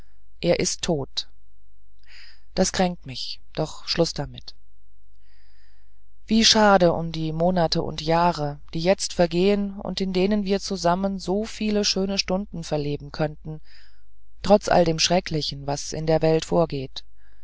er ist tot das kränkt mich doch schluß damit wie schade um die monate und jahre die jetzt vergehen und in denen wir zusammen so viel schöne stunden verleben könnten trotz all dem schrecklichen was in der welt vorgeht